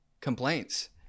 complaints